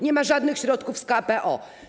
Nie ma żadnych środków z KPO.